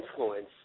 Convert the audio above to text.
influence